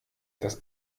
das